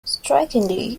strikingly